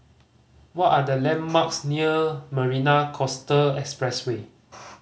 what are the landmarks near Marina Coastal Expressway